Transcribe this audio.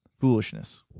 foolishness